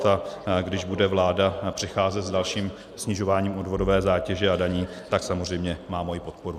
A když bude vláda přicházet s dalším snižováním odvodové zátěže a daní, tak samozřejmě má moji podporu.